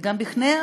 וגם בפני,